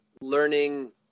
learning